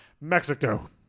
Mexico